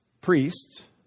priests